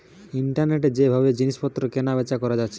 ইন্টারনেটে যে ভাবে জিনিস পত্র কেনা বেচা কোরা যাচ্ছে